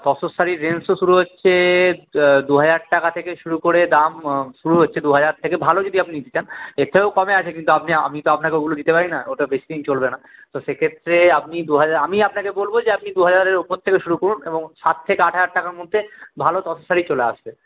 তসর শাড়ির রেঞ্জ তো শুরু হচ্ছে দু হাজার টাকা থেকে শুরু করে দাম শুরু হচ্ছে দাম দু হাজার থেকে ভালো যদি আপনি নিতে চান এর থেকেও কমে আছে কিন্তু আপনি আমি তো আপনাকে ওগুলো দিতে পারি না ওটা বেশি দিন চলবে না তো সেক্ষেত্রে আপনি দু হাজার আমি আপনাকে বলব যে আপনি দু হাজারের ওপর থেকে শুরু করুন এবং সাত থেকে আট হাজার টাকার মধ্যে ভালো তসর শাড়ি চলে আসবে